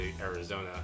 arizona